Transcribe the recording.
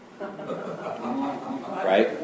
Right